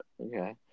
Okay